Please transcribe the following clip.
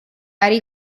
äri